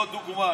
אני לא דוגמן,